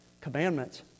commandments